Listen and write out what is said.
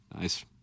Nice